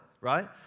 right